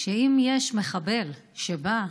שאם יש מחבל שבא,